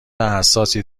حساسی